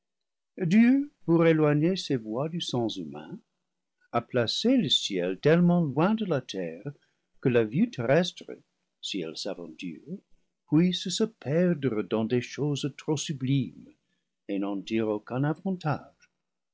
dieu pour éloigner ses voies du sens humain a placé le ciel tellement loin de la terre que la vue terrestre si elle s'aventure puisse se perdre dans des choses trop sublimes et